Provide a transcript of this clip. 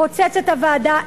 פוצץ את הוועדה,